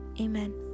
Amen